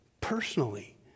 personally